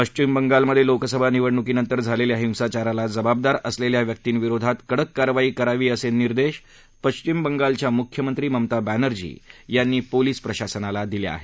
पश्चिम बंगालमध्ये लोकसभा निवडणुकीनंतर झालेल्या हिसाचाराला जबाबदार असलेल्या व्यक्तींविरोधात कडक कारवाई करावी असे निर्देश पश्विम बंगालच्या मुख्यमंत्री ममता बॅनर्जी यांनी पोलीस प्रशासनाला दिल्या आहे